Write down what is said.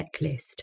checklist